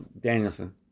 Danielson